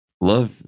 love